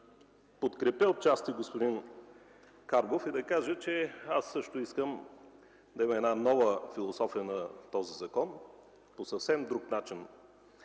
да подкрепя отчасти господин Карбов, и да кажа, че аз също искам този закон да има една нова философия и по съвсем друг начин